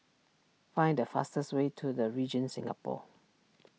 find the fastest way to the Regent Singapore